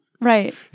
right